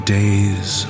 days